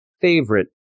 favorite